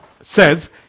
says